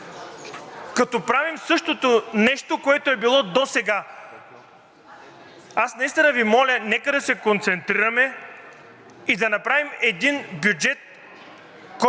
като правим същото нещо, което е било досега? Аз наистина Ви моля: нека да се концентрираме и да направим един бюджет,